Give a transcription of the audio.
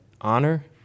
honor